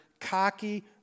cocky